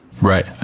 Right